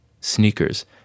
Sneakers